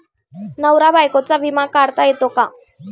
नवरा बायकोचा विमा काढता येतो का?